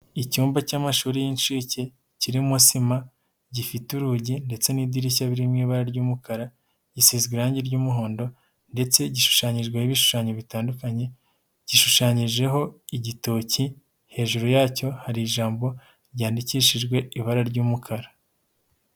Icyumba cy'amashuri y'inshuke kirimo sima gifite urugi ndetse n'idirishya biri mu ibara ry'umukara, gisize irangi ry'umuhondo ndetse gishushanyijweho ibishushanyo bitandukanye, gishushanyijeho igitoki hejuru yacyo hari ijambo ryandikishijwe ibara ry'umukara.